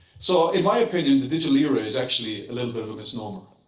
so, in my opinion, the digital era is actually a little bit of a misnomer.